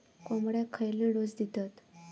कोंबड्यांक खयले डोस दितत?